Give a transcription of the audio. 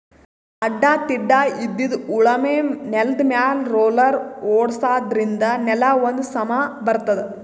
ಅಡ್ಡಾ ತಿಡ್ಡಾಇದ್ದಿದ್ ಉಳಮೆ ನೆಲ್ದಮ್ಯಾಲ್ ರೊಲ್ಲರ್ ಓಡ್ಸಾದ್ರಿನ್ದ ನೆಲಾ ಒಂದ್ ಸಮಾ ಬರ್ತದ್